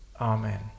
Amen